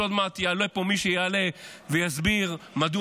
ועוד מעט יעלה פה מי שיעלה ויסביר מדוע